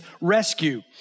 rescue